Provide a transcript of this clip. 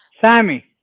Sammy